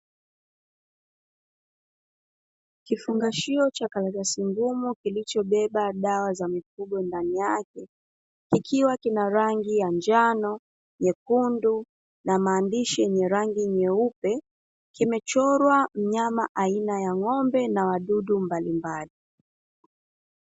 Kifungashio cha karatasi ngumu kilicho beba dawa za mifugo ndani yake kikiwa kina rangi ya njano, nyekundu na maandishi yenye rangi nyeupe, kimechorwa mnyama aina ya ng`ombe na wadudu mbali mbali.